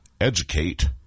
educate